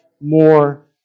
more